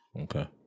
Okay